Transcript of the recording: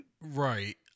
right